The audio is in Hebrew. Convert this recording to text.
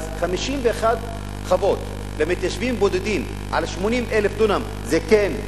אז 51 חוות למתיישבים בודדים על 80,000 דונם זה כן,